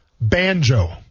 Banjo